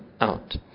out